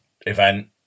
event